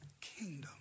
kingdom